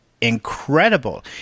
incredible